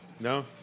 No